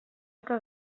que